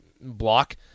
block